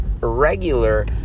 regular